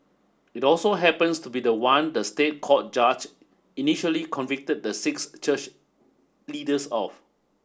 it also happens to be the one the State Court judge initially convicted the six church leaders of